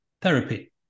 therapy